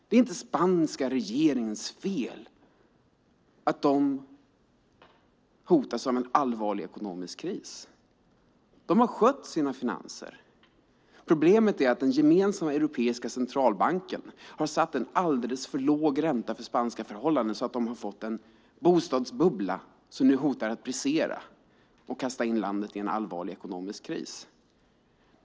Det är inte den spanska regeringens fel att de hotas av en allvarlig ekonomisk kris. Spanien har skött sina finanser. Problemet är att den gemensamma europeiska centralbanken har satt en alldeles för låg ränta för spanska förhållanden så att landet har fått en bostadsbubbla som hotar att brisera och kasta in landet i en allvarlig ekonomisk kris.